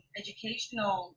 educational